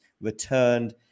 returned